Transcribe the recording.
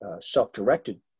self-directed